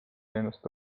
ennustada